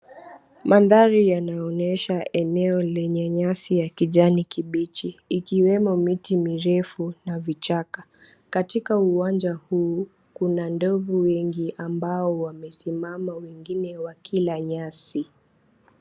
Mandhari yanaonyesha eneo lenye nyasi ya kijani kibichi ikiwemo miti mirefu na vichaka. Katika uwanja huu kuna ndovu wengi ambao wamesimama wengine wakila nyasi.